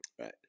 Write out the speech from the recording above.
Right